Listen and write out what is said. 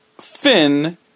Finn